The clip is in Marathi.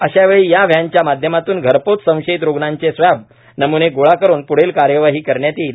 अशा वेळी या व्हॅनच्या माध्यमातून घरपोच संशयित रुग्णांचे स्वॅब नमूने गोळा करून प्रदील कार्यवाही करण्यात येईल